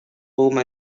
home